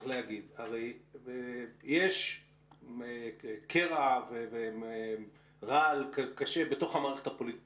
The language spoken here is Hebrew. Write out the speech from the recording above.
הרי יש קרע ורעל קשה בתוך המערכת הפוליטית